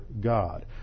God